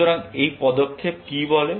সুতরাং এই পদক্ষেপ কি বলে